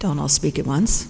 don't all speak at once